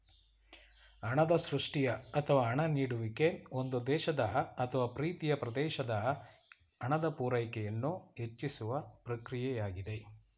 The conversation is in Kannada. ಹಣದ ಸೃಷ್ಟಿಯ ಅಥವಾ ಹಣ ನೀಡುವಿಕೆ ಒಂದು ದೇಶದ ಅಥವಾ ಪ್ರೀತಿಯ ಪ್ರದೇಶದ ಹಣದ ಪೂರೈಕೆಯನ್ನು ಹೆಚ್ಚಿಸುವ ಪ್ರಕ್ರಿಯೆಯಾಗಿದೆ